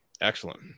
Excellent